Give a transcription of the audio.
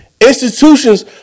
Institutions